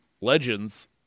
legends